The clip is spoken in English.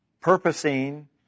purposing